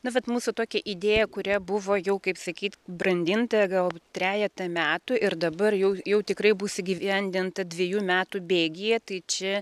na vat mūsų tokia idėja kuria buvo jau kaip sakyt brandinta gal trejetą metų ir dabar jau jau tikrai bus įgyvendinta dviejų metų bėgyje tai čia